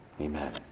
Amen